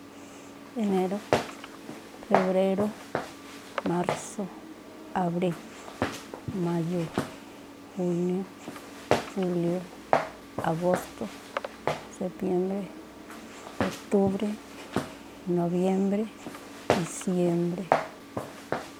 Enérú, febrérú, mársú, abríi̱, máyúu̱, júniú, júlió, agóstó, setiémbré, otúbrí, nobiémbré, diciémbré.